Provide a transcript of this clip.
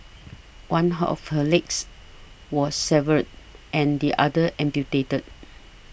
one of her legs was several and the other amputated